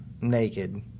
naked